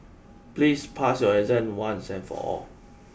please pass your exam once and for all